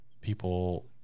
people